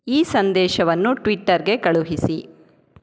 ಈ ಸಂದೇಶವನ್ನು ಟ್ವಿಟ್ಟರ್ಗೆ ಕಳುಹಿಸಿ